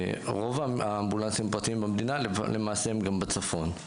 רוב האמבולנסים הפרטיים במדינה למעשה הם בצפון.